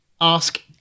ask